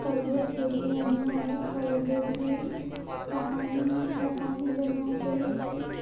تربیت دیتے ہیں اور کالجیز میں مقامی مقامی جگہوں پہ بھی اچھی